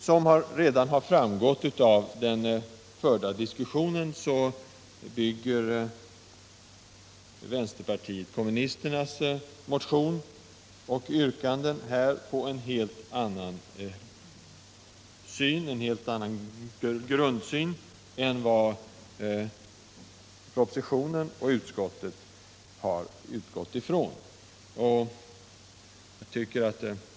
Som redan har framgått av den förda diskussionen bygger vänsterpartiet kommunisternas motion och yrkanden i detta sammanhang på en helt annan grundsyn än den som redovisas i propositionen och som utskottet har utgått ifrån.